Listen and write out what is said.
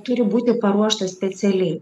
turi būti paruoštas specialiai